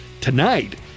tonight